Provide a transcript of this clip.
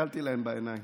הסתכלתי להם בעיניים